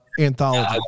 anthology